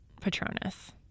Patronus